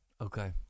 Okay